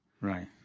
right